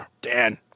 Dan